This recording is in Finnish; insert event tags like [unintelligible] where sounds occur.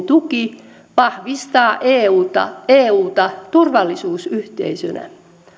[unintelligible] tuki vahvistavat euta euta turvallisuusyhteisönä